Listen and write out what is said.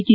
T